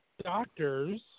doctors